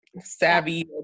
savvy